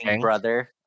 brother